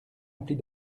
emplis